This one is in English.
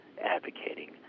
advocating